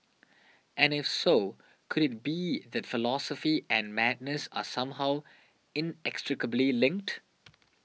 and if so could it be that philosophy and madness are somehow inextricably linked